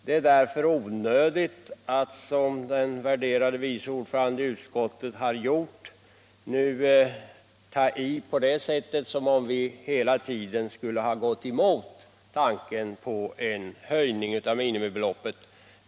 Det är därför onödigt att som den värderade vice ordföranden i utskottet har gjort framställa det så, att man får intrycket att vi hela tiden skulle ha gått emot tanken på en höjning av beloppet.